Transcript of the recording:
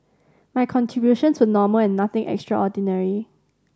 my contributions were normal and nothing extraordinary